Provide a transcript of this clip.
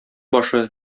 башы